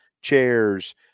chairs